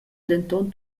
denton